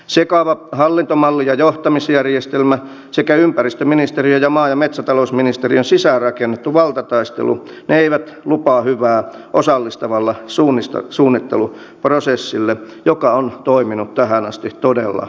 sekava hallintomalli ja johtamisjärjestelmä sekä ympäristöministeriön ja maa ja metsätalousministeriön sisään rakennettu valtataistelu ne eivät lupaa hyvää osallistavalle suunnitteluprosessille joka on toiminut tähän asti todella hyvin